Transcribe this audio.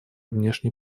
внешней